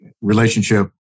relationship